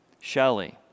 Shelley